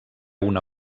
una